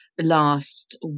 last